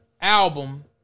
album